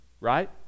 right